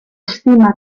estima